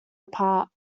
apart